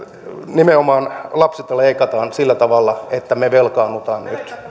nimenomaan lapsilta leikataan nyt sillä tavalla että me velkaannumme